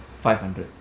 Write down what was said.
five hundred